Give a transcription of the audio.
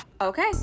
Okay